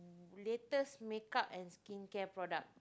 latest makeup and skincare product